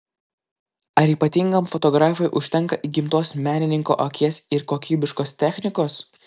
ar ypatingam fotografui užtenka įgimtos menininko akies ir kokybiškos technikos